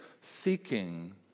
seeking